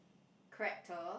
character